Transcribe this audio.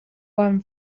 van